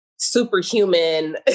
Superhuman